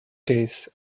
case